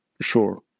Sure